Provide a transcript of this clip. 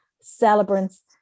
celebrants